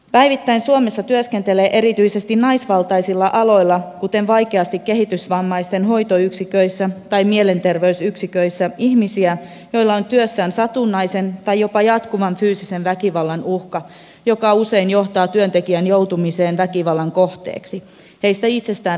päivittäin suomessa työskentelee erityisesti naisvaltaisilla aloilla kuten vaikeasti kehitysvammaisten hoitoyksiköissä tai mielenterveysyksiköissä ihmisiä joilla on työssään satunnaisen tai jopa jatkuvan fyysisen väkivallan uhka joka usein johtaa työntekijän joutumiseen väkivallan kohteeksi hänestä itsestään riippumattomista syistä